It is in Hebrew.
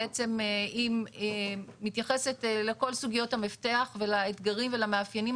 בעצם היא מתייחסת לכל סוגיות המפתח ולאתגרים ולמאפיינים